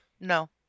No